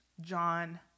John